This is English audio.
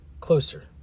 closer